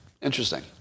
Interesting